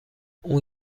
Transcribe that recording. اون